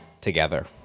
together